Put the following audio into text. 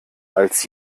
als